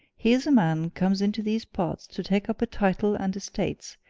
here's a man comes into these parts to take up a title and estates,